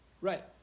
Right